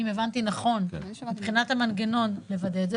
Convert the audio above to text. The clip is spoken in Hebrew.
אני דיברתי בדיוק על שינוי בעלות.